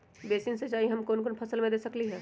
Basin सिंचाई हम कौन कौन फसल में दे सकली हां?